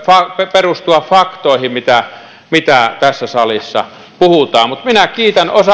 perustua faktoihin mitä mitä tässä salissa puhutaan mutta minä kiitän